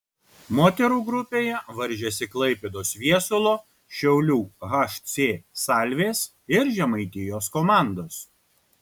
moterų grupėje varžėsi klaipėdos viesulo šiaulių hc salvės ir žemaitijos komandos